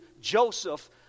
Joseph